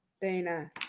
Dana